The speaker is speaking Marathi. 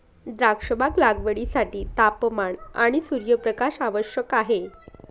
द्राक्षबाग लागवडीसाठी तापमान आणि सूर्यप्रकाश आवश्यक आहे